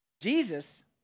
Jesus